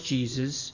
Jesus